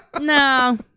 No